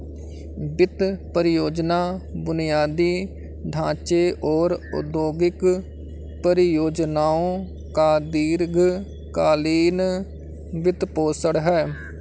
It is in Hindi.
वित्त परियोजना बुनियादी ढांचे और औद्योगिक परियोजनाओं का दीर्घ कालींन वित्तपोषण है